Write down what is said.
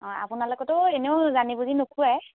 অঁ আপোনালোকতো এনেও জানি বুলি নোখোৱাই